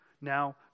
Now